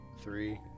Three